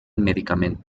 medicament